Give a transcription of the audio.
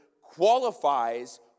qualifies